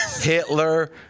Hitler